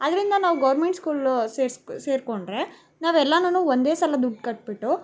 ಆದ್ದರಿಂದ ನಾವು government school ಸೇರ್ಸಿ ಸೇರ್ಕೊಂಡ್ರೆ ನಾವೆಲ್ಲಾನು ಒಂದೇ ಸಲ ದುಡ್ಡು ಕಟ್ಟಿಬಿಟ್ಟು